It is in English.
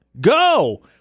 Go